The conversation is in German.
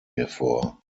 hervor